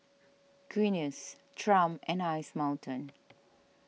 Guinness Triumph and Ice Mountain